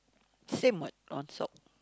same what on top